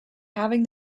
having